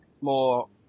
more